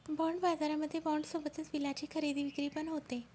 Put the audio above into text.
bond बाजारामध्ये bond सोबतच बिलाची खरेदी विक्री पण होते